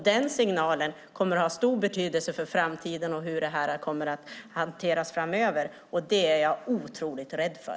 Den signalen kommer att ha stor betydelse för framtiden, för hur detta framöver kommer att hanteras, och det är jag otroligt rädd för.